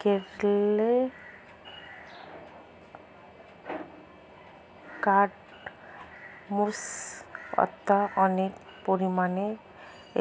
কেরলে কার্ডমমস্ অর্থাৎ অনেক পরিমাণে